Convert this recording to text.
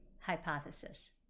hypothesis